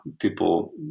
people